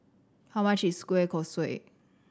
how much is kueh kosui